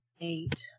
Eight